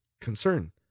concern